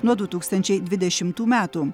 nuo du tūkstančiai dvidešimtų metų